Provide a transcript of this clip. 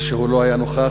כשהוא לא היה נוכח.